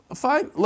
fine